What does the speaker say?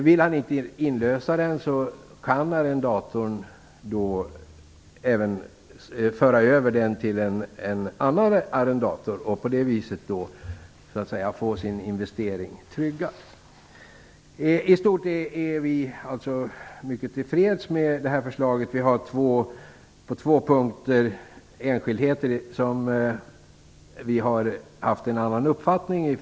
Om han inte vill inlösa den kan arrendatorn föra över den till en annan arrendator och på det sättet få sin investering tryggad. I stort är vi mycket till freds med det här förslaget. Det är på två punkter som vi från moderaternas sida har en annan uppfattning.